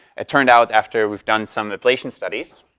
it turned out after we've done some replacement studies,